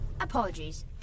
Apologies